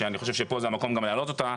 שאני חושב שפה זה המקום גם להעלות אותה.